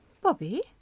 Bobby